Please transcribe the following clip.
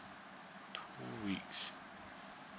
two weeks